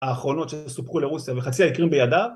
האחרונות שסופחו לרוסיה וחצי האי קרים בידיו